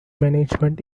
management